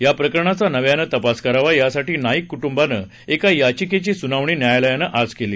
या प्रकरणाचा नव्यानं तपास करावा यासाठी नाईक कुटुंबानं एका याचिकेची सुनावणी न्यायालयानं आज केली